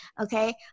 Okay